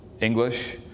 English